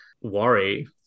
worry